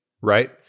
right